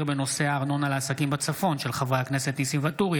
בהצעתם של חברי הכנסת ניסים ואטורי,